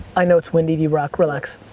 i know it's windy, drock, relax,